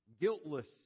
guiltless